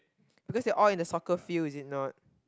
because you are all in the soccer field is it not